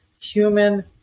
human –